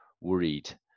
worried